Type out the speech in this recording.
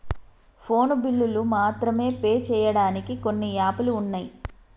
phone బిల్లులు మాత్రమే pay చెయ్యడానికి కొన్ని యాపులు వున్నయ్